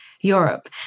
Europe